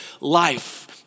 life